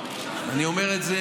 אני אומר את זה,